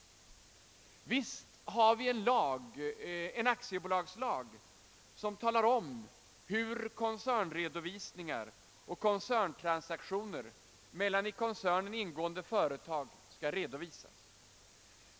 Visst har vi en aktiebolagslag som talar om hur redovisningar och transaktioner mellan i koncernen ingående företag skall ske och redovisas.